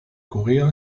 korea